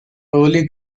early